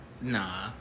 Nah